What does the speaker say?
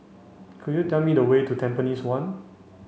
could you tell me the way to Tampines one